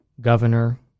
governor